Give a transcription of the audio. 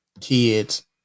kids